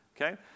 okay